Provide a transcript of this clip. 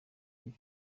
iyi